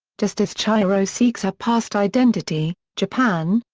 just as chihiro seeks her past identity, japan,